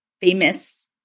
famous